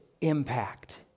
impact